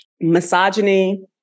misogyny